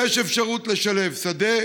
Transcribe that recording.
יש אפשרות לשלב שדה